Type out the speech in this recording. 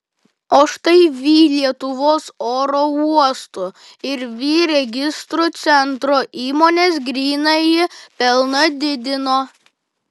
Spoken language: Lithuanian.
o štai vį lietuvos oro uostų ir vį registrų centro įmonės grynąjį pelną didino